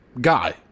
guy